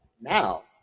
now